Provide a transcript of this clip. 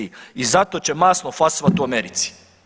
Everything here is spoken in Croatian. I zato će masno fasovati u Americi.